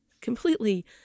completely